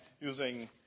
using